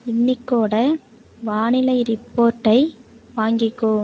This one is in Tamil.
இன்னைக்கோட வானிலை ரிப்போர்ட்டை வாங்கிக்கோ